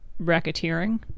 racketeering